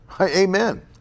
Amen